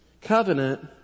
Covenant